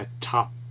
top